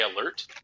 alert